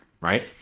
Right